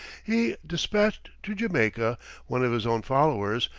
he despatched to jamaica one of his own followers,